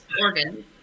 organ